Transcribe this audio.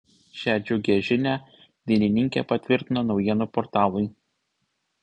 šią džiugią žinią dainininkė patvirtino naujienų portalui